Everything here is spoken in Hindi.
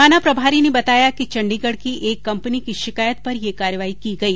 थाना प्रभारी ने बताया कि चण्डीगढ़ की एक कम्पनी की शिकायत पर यह कार्रवाई की गई